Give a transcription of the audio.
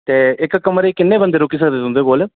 ते इक कमरे किन्ने बन्दे रुकी सकदे तुं'दे कोल